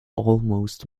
almost